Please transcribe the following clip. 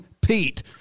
Pete